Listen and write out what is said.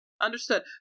Understood